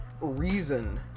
reason